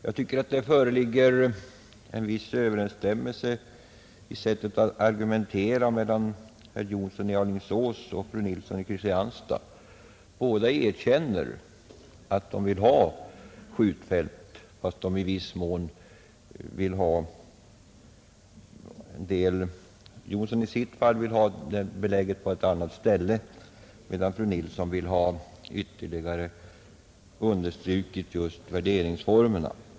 Jag tycker att det föreligger en viss överensstämmelse mellan herr Jonsson i Alingsås och fru Nilsson i Kristianstad i sättet att argumentera: båda erkänner att de vill ha skjutfält, fastän herr Jonsson vill ha skjutfältet beläget på ett annat ställe, medan fru Nilsson har uppehållit sig vid formerna för värdering av marken.